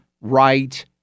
right